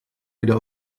wieder